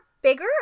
bigger